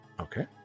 Okay